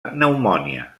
pneumònia